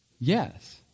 Yes